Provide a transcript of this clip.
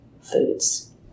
foods